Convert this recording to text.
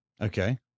Okay